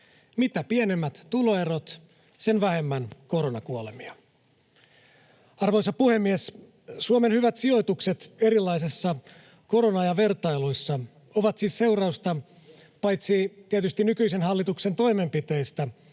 mitä pienemmät tuloerot, sen vähemmän koronakuolemia. Arvoisa puhemies! Suomen hyvät sijoitukset erilaisissa korona-ajan vertailuissa ovat siis seurausta paitsi tietysti nykyisen hallituksen toimenpiteistä